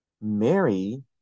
Mary